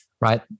right